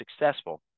successful